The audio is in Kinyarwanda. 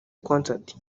concert